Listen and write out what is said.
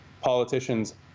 politicians